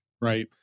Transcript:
right